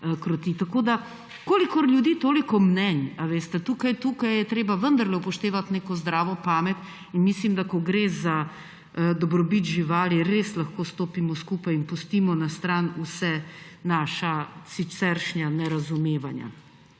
Tako da kolikor ljudi, toliko mnenj, veste. Tukaj je treba vendarle upoštevati neko zdravo pamet. Mislim, da ko gre za dobrobit živali, res lahko stopimo skupaj in pustimo ob strani vsa naša siceršnja nerazumevanja.